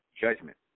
judgment